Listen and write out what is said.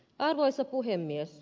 arvoisa puhemies